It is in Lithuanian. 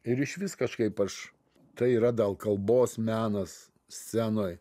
ir išvis kažkaip aš tai yra dal kalbos menas scenoj